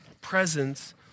presence